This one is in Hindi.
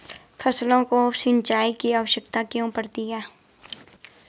फसलों को सिंचाई की आवश्यकता क्यों पड़ती है?